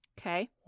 Okay